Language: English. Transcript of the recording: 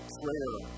prayer